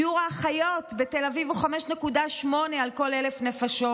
שיעור האחיות בתל אביב הוא 5.8 על כל 1,000 נפשות,